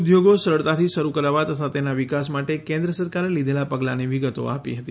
ઉધોગો સરળતાથી શરૂ કરાવા તથા તેનાં વિકાસ માટે કેન્દ્ર સરકારે લીધેલાં પગલાંની વિગતો આપી હતી